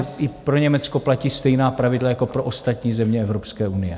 I pro Německo platí stejná pravidla jako pro ostatní země Evropské unie.